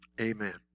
Amen